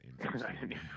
interesting